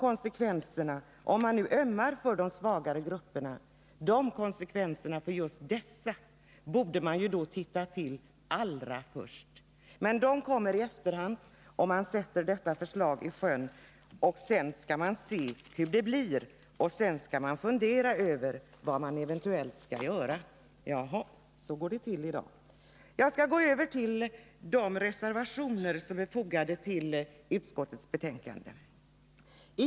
Om man nu ömmar för de svagare grupperna, borde man ju allra först tittat närmare på konsekvenserna för just dessa grupper. Men de kommer i efterhand. Man sätter detta förslag i sjön och först därefter ser man efter hur det fungerar och funderar över hur man eventuellt skall göra. Ja, så går det till i dag. Jag skall gå över till de reservationer som är fogade till utskottets betänkande.